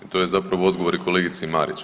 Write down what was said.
To je zapravo odgovor i kolegici Marić.